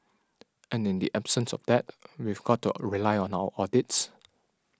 and in the absence of that we've got to rely on our audits